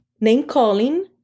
name-calling